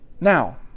Now